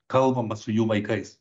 kalbama su jų vaikais